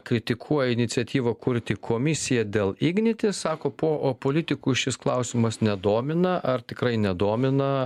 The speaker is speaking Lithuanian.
kritikuoja iniciatyvą kurti komisiją dėl ignitis sako po o o politikų šis klausimas nedomina ar tikrai nedomina